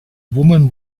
woman